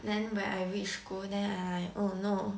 then when I reach school then I like oh no